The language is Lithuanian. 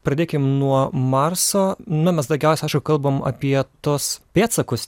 pradėkim nuo marso na mes daugiausiai aišku kalbam apie tuos pėdsakus